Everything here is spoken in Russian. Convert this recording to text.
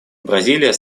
бразилия